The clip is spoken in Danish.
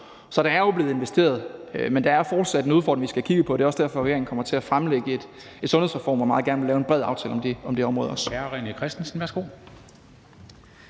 Så der er jo blevet investeret, men der er fortsat en udfordring, vi skal have kigget på, og det er også derfor, at regeringen vil fremlægge en sundhedsreform og meget gerne vil lave en bred aftale også på det område.